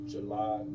July